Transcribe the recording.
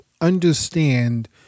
understand